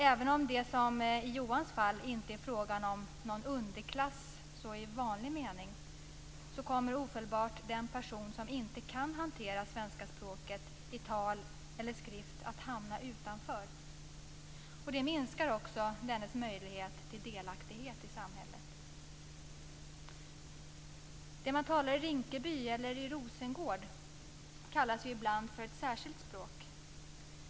Även om det, som i Johans fall, inte är fråga om någon underklass i vanlig mening kommer ofelbart den person som inte kan hantera svenska språket i tal eller skrift att hamna utanför. Det minskar också dennes möjlighet till delaktighet i samhället. Det man talar i Rinkeby eller i Rosengård kallas ibland för ett särskilt språk.